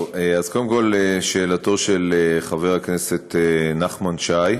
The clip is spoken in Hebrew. טוב, קודם כול לשאלתו של חבר הכנסת נחמן שי,